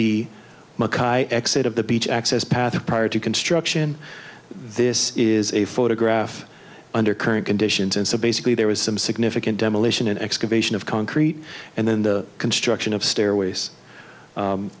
the exit of the beach access path prior to construction this is a photograph under current conditions and so basically there was some significant demolition an excavation of concrete and then the construction of stairways